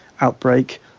outbreak